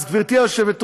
אז, גברתי היושבת-ראש,